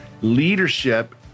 leadership